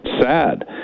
sad